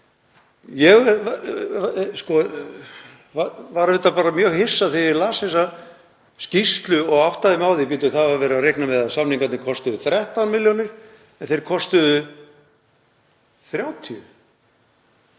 Ég var auðvitað bara mjög hissa þegar ég las þessa skýrslu og áttaði mig á því að verið var að reikna með að samningarnir myndu kosta 13 milljónir, en þeir kostuðu 30